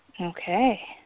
Okay